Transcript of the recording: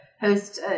host